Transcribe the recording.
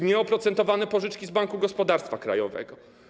Nieoprocentowane pożyczki z Banku Gospodarstwa Krajowego.